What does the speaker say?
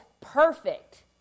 perfect